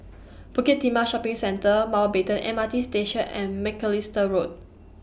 Bukit Timah Shopping Centre Mountbatten M R T Station and Macalister Road